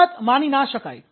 આ વાત માની ના શકાય